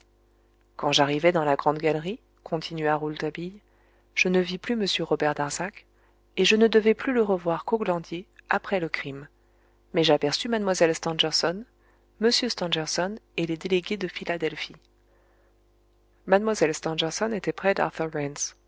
quand j'arrivai dans la grande galerie continua rouletabille je ne vis plus m robert darzac et je ne devais plus le revoir qu'au glandier après le crime mais j'aperçus mlle stangerson m stangerson et les délégués de philadelphie mlle stangerson était près